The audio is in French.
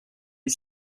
est